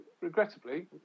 regrettably